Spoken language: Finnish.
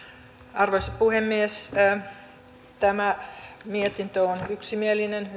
arvoisa puhemies tämä mietintö ympäristövaliokunnasta on yksimielinen